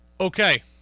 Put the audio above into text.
Okay